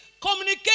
Communicate